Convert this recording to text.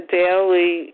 daily